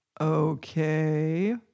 Okay